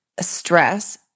stress